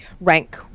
rank